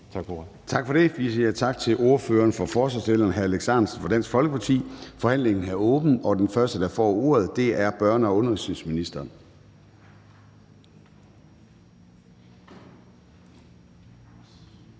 Tak for det. Tak til ordføreren for forslagsstillerne, hr. Alex Ahrendtsen fra Dansk Folkeparti. Forhandlingen er åbnet, og den første, der får ordet, er børne- og undervisningsministeren.